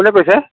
কোনে কৈছে